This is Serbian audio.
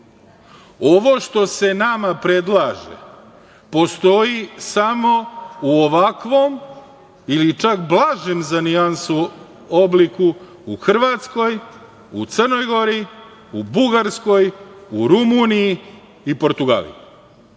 Ovo što se nama predlaže postoji samo u ovakvom ili čak blažem, za nijansu, obliku u Hrvatskoj, u Crnoj Gori, u Bugarskoj, u Rumuniji i Portugaliji.